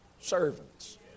Servants